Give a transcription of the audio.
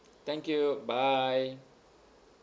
thank you bye